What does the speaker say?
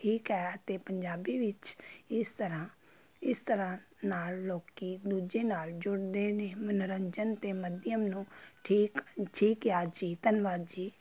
ਠੀਕ ਹੈ ਅਤੇ ਪੰਜਾਬੀ ਵਿੱਚ ਇਸ ਤਰ੍ਹਾਂ ਇਸ ਤਰ੍ਹਾਂ ਨਾਲ ਲੋਕ ਦੂਜੇ ਨਾਲ ਜੁੜਦੇ ਨੇ ਮਨੋਰੰਜਨ ਅਤੇ ਮਾਧਿਅਮ ਨੂੰ ਠੀਕ ਠੀਕ ਆ ਜੀ ਧੰਨਵਾਦ ਜੀ